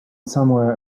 somewhere